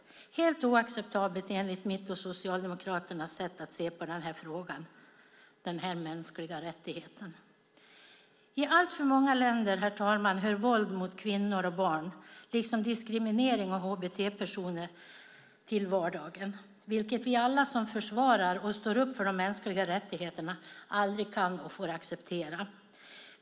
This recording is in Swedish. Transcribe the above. Det är helt oacceptabelt enligt mitt och Socialdemokraternas sätt att se på denna fråga - denna mänskliga rättighet. I alltför många länder hör våld mot kvinnor och barn liksom diskriminering av hbt-personer till vardagen, vilket vi som försvarar och står upp för de mänskliga rättigheterna aldrig kan och får acceptera.